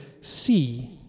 see